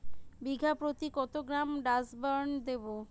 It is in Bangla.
বিঘাপ্রতি কত গ্রাম ডাসবার্ন দেবো?